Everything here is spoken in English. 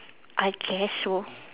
I guess so